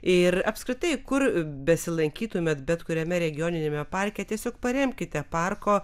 ir apskritai kur besilankytumėt bet kuriame regioniniame parke tiesiog paremkite parko